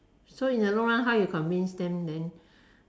so in the long run how you convince them then